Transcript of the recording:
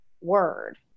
word